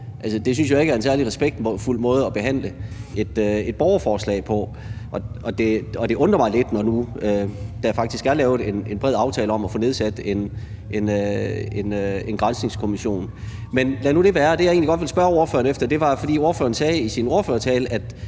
Det synes jeg jo ikke er en særlig respektfuld måde at behandle et borgerforslag på. Og det undrer mig lidt, når nu der faktisk er lavet en bred aftale om at få nedsat en granskningskommission. Men lad nu det være. Jeg ville egentlig godt spørge ordføreren om håndteringen. Ordføreren sagde i sin ordførertale,